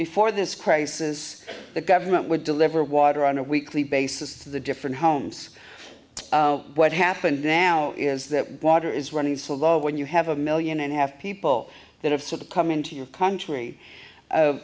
before this crisis the government would deliver water on a weekly basis to the different homes what happened now is that water is running so low when you have a million and a half people that have sort of come into your country